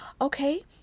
Okay